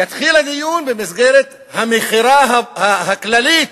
יתחיל הדיון במסגרת המכירה הכללית